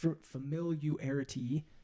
familiarity